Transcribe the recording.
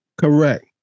Correct